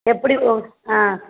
எப்படி ஆ